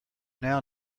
now